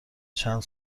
چند